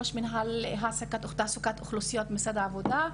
ראש מינהל תעסוקת אוכלוסיות במשרד העבודה.